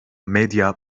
medya